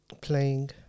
Playing